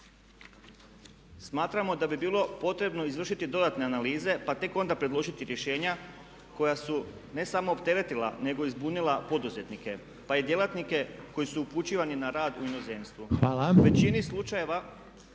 Smatramo da bi bilo potrebno izvršiti dodatne analize pa tek onda predložiti rješenja koja su ne samo opteretila nego i zbunila poduzetnike pa i djelatnike koji su upućivani u rad u inozemstvu. …/Upadica: